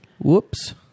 Whoops